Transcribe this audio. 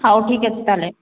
ହଉ ଠିକ୍ ଅଛି ତାହେଲେ